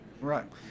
right